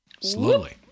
slowly